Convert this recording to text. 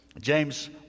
James